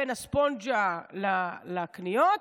בין הספונג'ה לקניות,